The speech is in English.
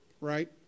right